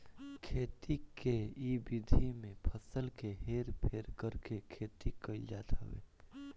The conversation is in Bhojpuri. खेती के इ विधि में फसल के हेर फेर करके खेती कईल जात हवे